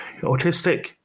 autistic